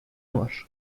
var